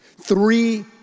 Three